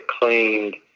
cleaned